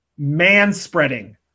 Manspreading